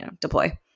deploy